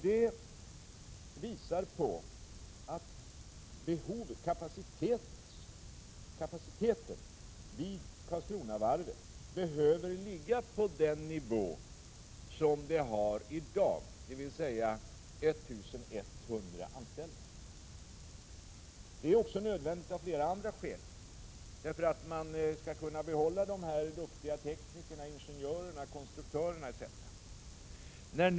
Detta visar att kapaciteten vid Karlskronavarvet framöver behöver ligga på den nivå som varvet har i dag, dvs. 1100 anställda. Det är också nödvändigt av flera andra skäl, t.ex. för att man skall kunna behålla sina duktiga tekniker, ingenjörer, konstruktörer m.fl.